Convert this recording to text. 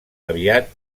aviat